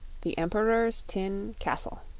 the emperor's tin castle